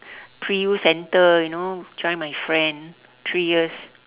pre U center join my friend three years